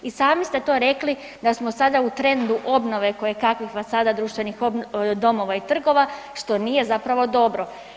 I sami ste to rekli da smo sada u trendu obnove kojekakvih fasada društvenih domova i trgova, što nije zapravo dobro.